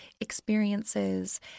experiences